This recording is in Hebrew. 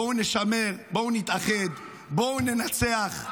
בואו נשמר, בואו נתאחד, בואו ננצח.